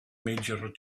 major